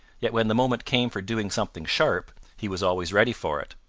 yet when the moment came for doing something sharp, he was always ready for it.